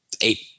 eight